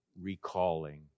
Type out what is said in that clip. recalling